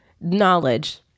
knowledge